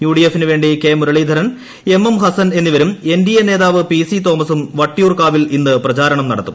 യുഡിഎഫിനു വേണ്ടി K Muraleedharan M M Hassan എന്നിവരും NDA നേതാവ് പി സി തോമസും വട്ടിയൂർക്കാവിൽ ഇന്ന് പ്രചാരണം നടത്തും